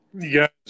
Yes